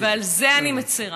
ועל זה אני מצירה.